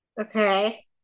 Okay